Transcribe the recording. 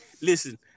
Listen